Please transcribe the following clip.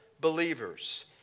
believers